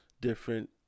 different